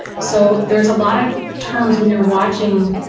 so there's a lot of terms when you're watching,